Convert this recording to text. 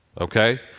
okay